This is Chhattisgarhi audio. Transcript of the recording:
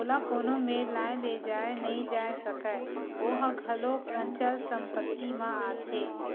ओला कोनो मेर लाय लेजाय नइ जाय सकय ओहा घलोक अंचल संपत्ति म आथे